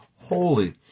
holy